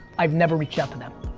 i've never reached out to them.